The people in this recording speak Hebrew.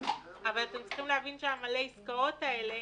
אבל אתם צריכים להבין שהעסקאות האלה